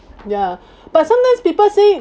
ya but sometimes people say